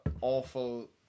awful